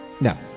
No